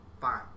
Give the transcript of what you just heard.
fine